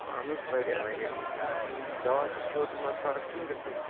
اہن حظ واریاہ واریاہ زیادٕ دَوا تہِ کھیوٚو تہٕ مگر فرق چھِنہٕ گَژھٲنی